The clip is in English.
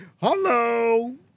Hello